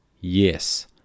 yes